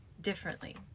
differently